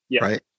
right